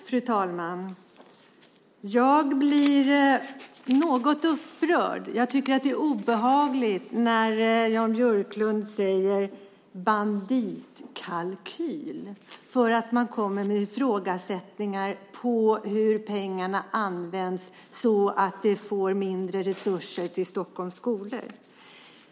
Fru talman! Jag blir något upprörd. Jag tycker att det är obehagligt när Jan Björklund säger banditkalkyl för att man ifrågasätter hur pengarna används när de ger mindre resurser till Stockholms skolor.